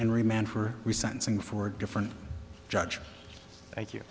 and remand for the sentencing for a different judge thank you